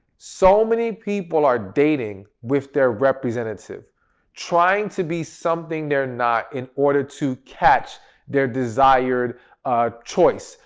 so many people are dating with their representative trying to be something they're not in order to catch their desired choice,